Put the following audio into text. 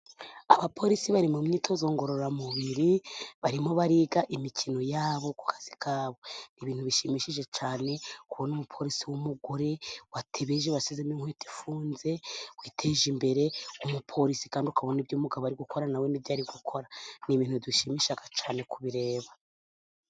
Abapolisi bari mu myitozo ngororamubiri. Barimo bariga imikino yabo ku kazi kabo. Ni ibintu bishimishije cyane kubona umupolisi w'umugore watebeje, wasizemo inkweto ifunze, witeje imbere. Umupolisi kandi ukabona ibyo umugabo ari gukora na we ni byo ari gukora. Ni ibintu bidushimisha cyane kubireba.